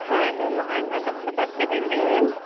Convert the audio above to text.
हा न मां इन दफ्तरु ते वेंदी आहियां न